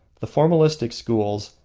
the formalistic schools,